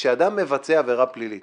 כשאדם מבצע עבירה פלילית